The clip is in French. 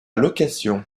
location